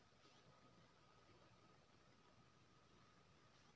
plum केँ सुखाए कए प्रुन बनाएल जाइ छै